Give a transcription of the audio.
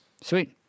Sweet